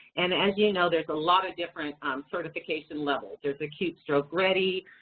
and as you know, there's a lot of different certification levels. there's acute stroke ready,